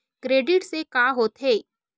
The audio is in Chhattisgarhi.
क्रेडिट से का होथे?